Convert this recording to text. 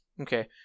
Okay